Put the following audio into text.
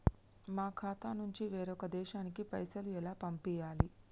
మా ఖాతా నుంచి వేరొక దేశానికి పైసలు ఎలా పంపియ్యాలి?